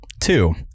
Two